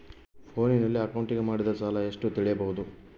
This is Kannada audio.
ಫೋನಿನಲ್ಲಿ ಅಕೌಂಟಿಗೆ ಮಾಡಿದ ಸಾಲ ಎಷ್ಟು ತಿಳೇಬೋದ?